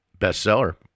Bestseller